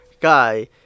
guy